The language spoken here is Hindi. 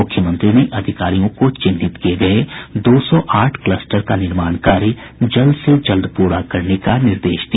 मुख्यमंत्री ने अधिकारियों को चिन्हित किये गये दो सौ आठ क्लस्टर का निर्माण कार्य जल्द से जल्द पूरा करने का निर्देश दिया